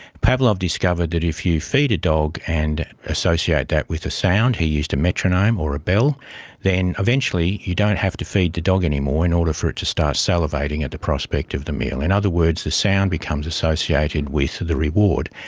pavlov discovered that if you feed a dog and associate that with a sound he used a metronome or a bell then eventually you don't have to feed the dog any more in order for it to start salivating at the prospect of the meal. in other words, the sound becomes associated with the reward,